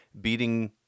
beating